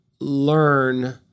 learn